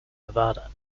nevada